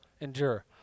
endure